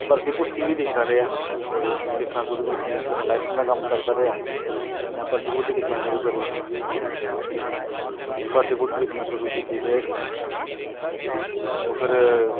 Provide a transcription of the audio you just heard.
भर्थी भुर्थी बी दिखदा रेहा दिक्खनां शुरु कीती कन्नैं इलैक्ट्रिशन दा कम्म करदा रेहा कन्नैं भर्थीा भुर्थी दिक्खनां शुरु करी ओड़ी भर्थी भुर्थी दिक्खनां शुरु कीती ते ओह् फिर